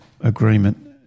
agreement